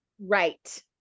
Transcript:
Right